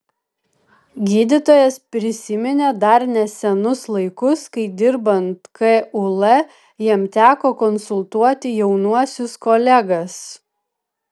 gydytojas prisiminė dar nesenus laikus kai dirbant kul jam teko konsultuoti jaunuosius kolegas